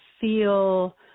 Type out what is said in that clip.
feel